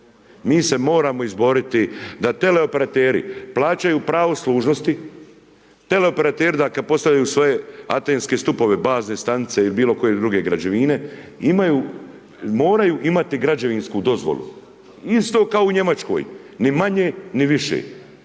mi se moramo izboriti da tele operateri plaćaju pravo služnosti, tele operateri da kad postavljaju svoje antenske stupove, bazne stanice ili bilo koje druge građevine, imaju, moraju imati građevinsku dozvolu, isto kao u Njemačkoj, ni manje ni više.